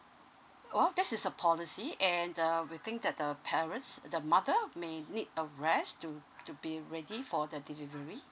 oh that is the policy and err we think that the parents the mother may need a rest to to be ready for the delivery